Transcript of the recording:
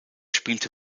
spielte